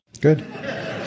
Good